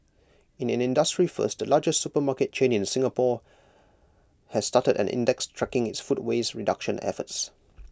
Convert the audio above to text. in an industry first the largest supermarket chain in Singapore has started an index tracking its food waste reduction efforts